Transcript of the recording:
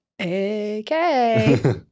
Okay